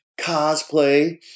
cosplay